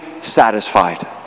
satisfied